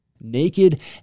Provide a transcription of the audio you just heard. naked